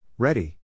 Ready